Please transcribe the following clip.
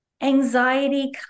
Anxiety